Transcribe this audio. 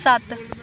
ਸੱਤ